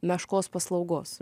meškos paslaugos